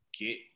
get